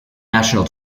national